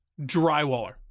drywaller